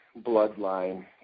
bloodline